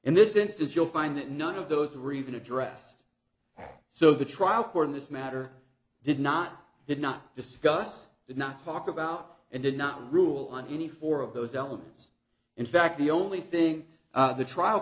in this instance you'll find that none of those three even addressed so the trial court in this matter did not did not discuss did not talk about and did not rule on any four of those elements in fact the only thing the trial